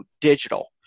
digital